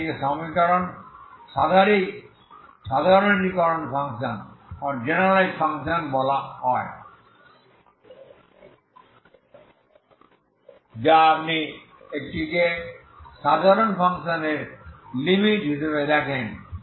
তাই এটিকে সাধারণীকরণ ফাংশন বলা হয় যা আপনি এটিকে সাধারণ ফাংশনের লিমিট হিসাবে দেখেন